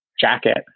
jacket